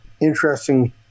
interesting